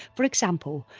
for example,